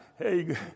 Hey